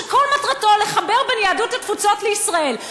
שכל מטרתו לחבר את יהדות התפוצות לישראל,